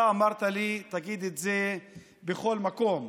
אתה אמרת לי: תגיד את זה בכל מקום.